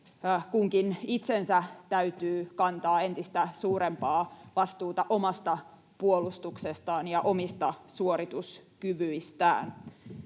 kunkin itsensä täytyy kantaa entistä suurempaa vastuuta omasta puolustuksestaan ja omista suorituskyvyistään